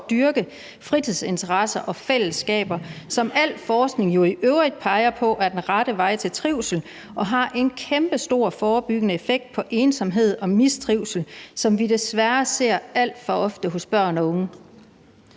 dyrke fritidsinteresser og fællesskaber, som al forskning i øvrigt peger på er den rette vej til trivsel og har en kæmpestor forebyggende effekt mod ensomhed og mistrivsel, som vi desværre ser alt for ofte hos børn og unge?